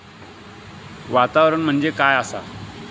वातावरण म्हणजे काय असा?